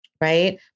right